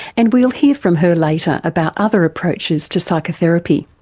and we'll hear from her later about other approaches to psychotherapy.